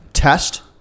test